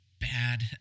bad